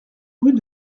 rue